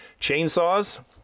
chainsaws